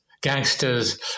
gangsters